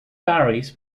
varies